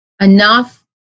enough